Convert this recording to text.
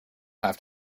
have